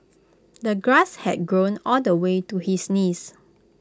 the grass had grown all the way to his knees